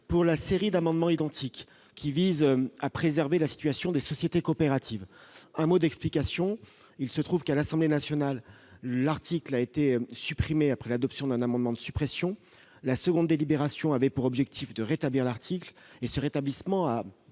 sur les neuf amendements identiques, qui visent à préserver la situation des SCIC. Un mot d'explication : il se trouve qu'à l'Assemblée nationale l'article 11 a été supprimé après l'adoption d'un amendement de suppression ; la seconde délibération avait pour objectif de rétablir l'article. Or ce rétablissement a